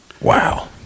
Wow